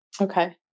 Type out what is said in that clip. okay